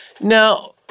Now –